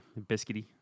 biscuity